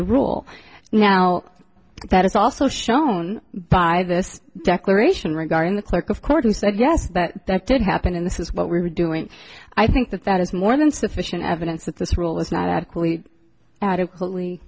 the rule now that is also shown by this declaration regarding the clerk of court and said yes but that did happen and this is what we're doing i think that that is more than sufficient evidence that this rule is not adequately adequately